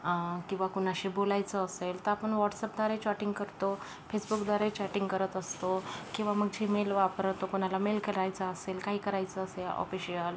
किंवा कुणाशी बोलायचं असेल तर आपण व्हॉटसअपद्वारे चॅटिंग करतो फेसबुकद्वारे चॅटिंग करत असतो किंवा मग जीमेल वापरतो कोणाला मेल करायचा असेल काही करायचं असेल ऑफिशियल